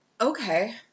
Okay